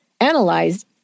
analyzed